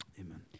amen